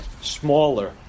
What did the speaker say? smaller